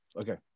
Okay